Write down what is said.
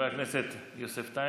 יוסף טייב,